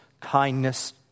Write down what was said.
kindness